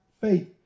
faith